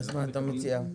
מה אתה מציע?